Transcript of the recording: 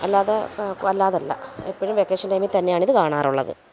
അല്ലാതെ അല്ലാതല്ല എപ്പോഴും വെക്കേഷന് ടൈമില് തന്നെയാണ് ഇത് കാണാറുള്ളത്